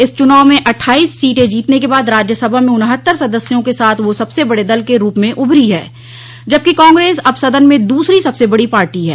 इस चुनाव में अट्ठाईस सीटें जीतने के बाद राज्यसभा में उन्हत्तर सदस्यों के साथ वह सबसे बड़े दल के रूप में उभरी है जबकि कांग्रेस अब सदन में दूसरी सबसे बड़ी पार्टी है